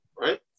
right